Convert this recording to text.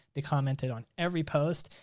they commented on every post.